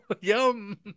Yum